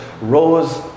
rose